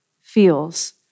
feels